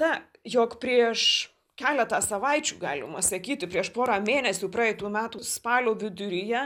ta jog prieš keletą savaičių galima sakyti prieš porą mėnesių praeitų metų spalio viduryje